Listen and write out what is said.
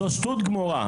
זו שטות גמורה".